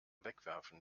wegwerfen